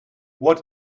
what